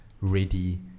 ready